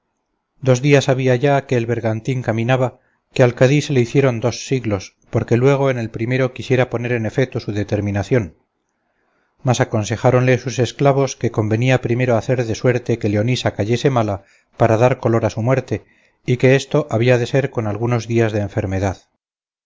dos días había ya que el bergantín caminaba que al cadí se le hicieron dos siglos porque luego en el primero quisiera poner en efeto su determinación mas aconsejáronle sus esclavos que convenía primero hacer de suerte que leonisa cayese mala para dar color a su muerte y que esto había de ser con algunos días de enfermedad